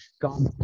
gone